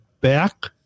back